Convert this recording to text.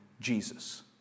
Jesus